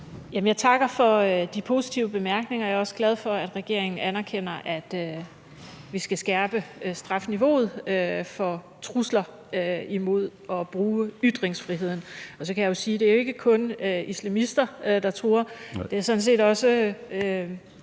Jeg takker for de positive bemærkninger, og jeg er også glad for, at regeringen anerkender, at vi skal skærpe strafniveauet for trusler mod at bruge ytringsfriheden. Og så kan jeg sige, at det jo ikke kun er islamister, der truer. Det er sådan set også